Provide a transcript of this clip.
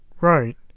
Right